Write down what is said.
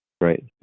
Right